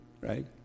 Right